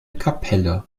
kapelle